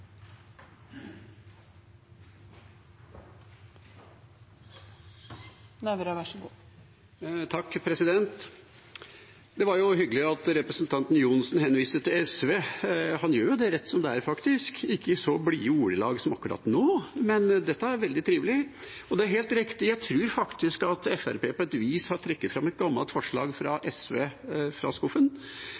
Johnsen henviste til SV, han gjør faktisk det rett som det er, men ikke alltid i så blide ordelag som akkurat nå – dette var veldig trivelig. Det er helt riktig: Jeg tror faktisk at Fremskrittspartiet på et vis har trukket fram et gammelt SV-forslag fra